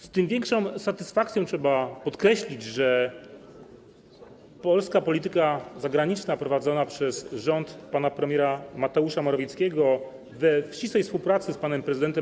Z tym większą satysfakcją trzeba podkreślić, że polska polityka zagraniczna prowadzona przez rząd pana premiera Mateusza Morawieckiego w ścisłej współpracy z panem prezydentem